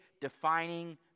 defining